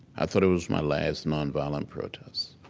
i thought it was my last nonviolent protest.